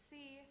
See